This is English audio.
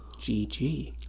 GG